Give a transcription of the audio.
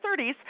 30s